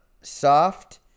soft